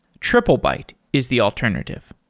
triplebyte is the alternative.